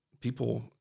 People